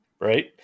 right